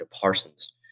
Parsons